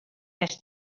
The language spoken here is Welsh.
nes